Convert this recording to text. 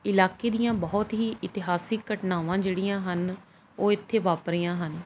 ਇਲਾਕੇ ਦੀਆਂ ਬਹੁਤ ਹੀ ਇਤਿਹਾਸਿਕ ਘਟਨਾਵਾਂ ਜਿਹੜੀਆਂ ਹਨ ਉਹ ਇੱਥੇ ਵਾਪਰੀਆਂ ਹਨ